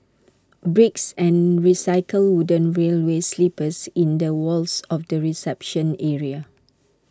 bricks and recycled wooden railway sleepers in the walls of the reception area